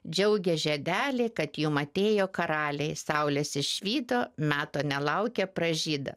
džiaugės žiedeliai kad jum atėjo karaliai saulės išvyto meto nelaukia pražydo